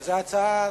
זה הצעה נוספת,